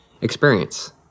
experience